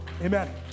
Amen